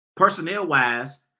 personnel-wise